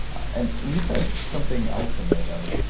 and and you said something else in there though,